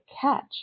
catch